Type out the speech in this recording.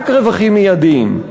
רק רווחים מיידיים,